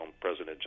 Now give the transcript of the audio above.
President